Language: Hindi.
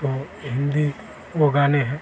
तो हिन्दी वो गाने हैं